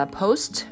post